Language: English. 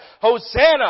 Hosanna